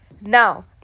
Now